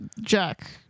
Jack